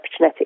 epigenetic